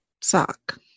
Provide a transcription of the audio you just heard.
sock